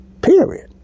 period